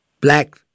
black